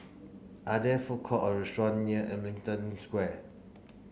are there food court or restaurant near Ellington Square